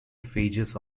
phases